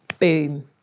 Boom